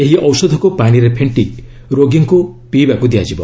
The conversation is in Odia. ଏହି ଔଷଧକୁ ପାଣିରେ ଫେଣ୍ଟି ରୋଗୀଙ୍କୁ ପିଇବାକୁ ଦିଆଯିବ